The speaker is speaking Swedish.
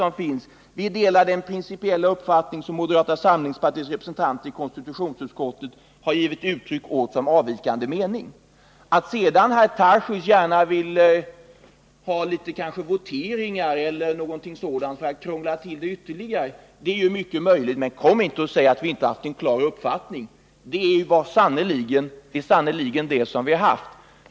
Där heter det: ”Vi delar den principiella uppfattning som moderata samlingspartiets representanter i konstitutionsutskottet har givit uttryck åt som avvikande mening.” Det är mycket möjligt att Daniel Tarschys vill få till stånd voteringar och annat för att krångla till det hela ytterligare. Men kom inte och säg att vi inte har haft en klar uppfattning, för det har vi sannerligen haft.